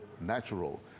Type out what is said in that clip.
natural